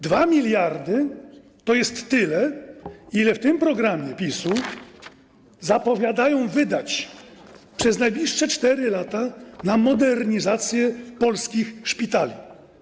2 mld to jest tyle, ile w tym programie PiS-u zapowiadają wydać przez najbliższe 4 lata na modernizację polskich szpitali.